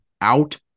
out